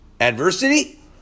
Adversity